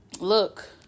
look